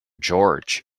george